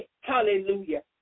hallelujah